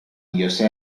josé